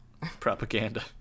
Propaganda